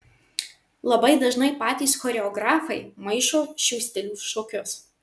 labai dažnai patys choreografai maišo šių stilių šokius